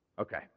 Okay